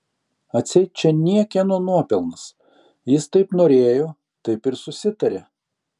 atseit čia niekieno nuopelnas jis taip norėjo taip ir susitarė